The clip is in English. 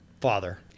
Father